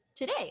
Today